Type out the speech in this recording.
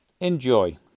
Enjoy